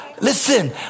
Listen